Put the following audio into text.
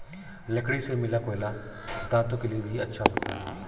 लकड़ी से मिला कोयला दांतों के लिए भी अच्छा होता है